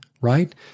right